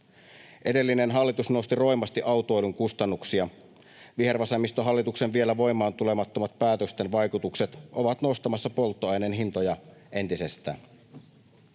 Edellinen hallitus nosti roimasti autoilun kustannuksia. Vihervasemmistohallituksen vielä voimaan tulemattomien päätösten vaikutukset ovat nostamassa polttoaineen hintoja entisestään.